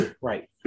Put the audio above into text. right